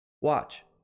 Watch